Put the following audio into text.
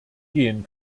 gehen